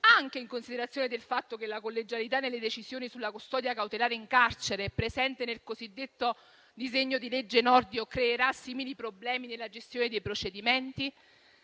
anche in considerazione del fatto che la collegialità nelle decisioni sulla custodia cautelare in carcere, presente nel cosiddetto disegno di legge Nordio, creerà simili problemi nella gestione dei procedimenti?